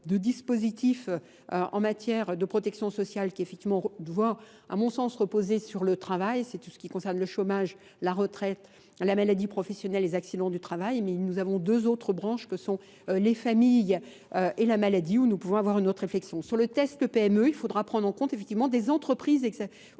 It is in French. de dispositifs en matière de protection sociale qui, effectivement, doit à mon sens reposer sur le travail. C'est tout ce qui concerne le chômage, la retraite, la maladie professionnelle et les accidents du travail. Mais nous avons deux autres branches que sont les familles et la maladie, où nous pouvons avoir une autre réflexion. Sur le test PME, il faudra prendre en compte, effectivement, des entreprises